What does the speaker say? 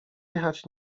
jechać